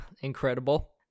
Incredible